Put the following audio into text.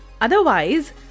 Otherwise